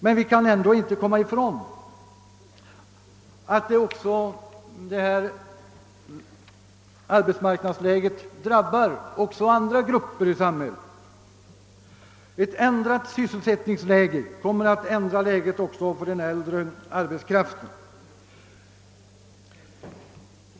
Men vi kan ändå inte komma ifrån att dagens arbetsmarknadsläge också drabbar andra grupper i samhället. Ett ändrat sysselsättningsläge kommer att ändra förhållandena även för den äldre arbetskraften.